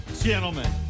Gentlemen